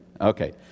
Okay